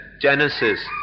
Genesis